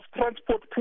transport